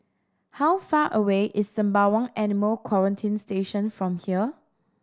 how far away is Sembawang Animal Quarantine Station from here